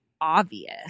obvious